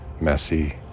messy